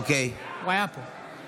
אינו נוכח שלום דנינו,